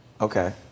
Okay